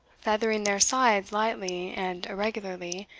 feathering their sides lightly and irregularly,